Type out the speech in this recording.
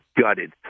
gutted